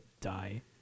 die